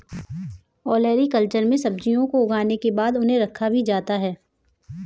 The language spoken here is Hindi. ओलेरीकल्चर में सब्जियों को उगाने के बाद उन्हें रखा भी जाता है